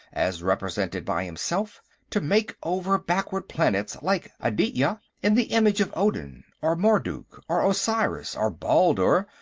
as represented by himself, to make over backward planets like aditya in the image of odin or marduk or osiris or baldur or,